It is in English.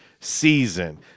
season